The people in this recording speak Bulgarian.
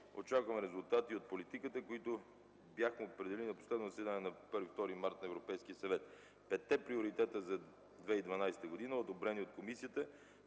Очакваме резултати от политиките, които бяхме определили на последното заседание на 1-2 март на Европейския съвет и петте приоритета за 2012 г., одобрени от комисията,